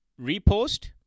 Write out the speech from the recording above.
repost